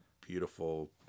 beautiful